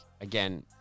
again